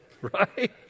Right